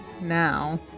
now